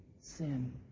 sin